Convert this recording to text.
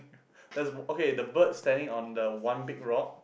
that's okay the bird standing on the one big rock